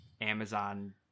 amazon